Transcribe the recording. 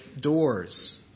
doors